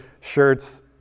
shirts